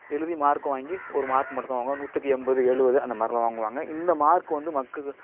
எழுதி மார்க் வாங்கி ஒரு மார்க் மட்டும்தான் வாங்குவாங்க நூற்றுக்கு எண்பது எழுபது அந்த மாதிரிலாம் வாங்குவாங்க இந்த மார்க் வந்து மக்குக்கு